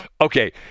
Okay